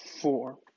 four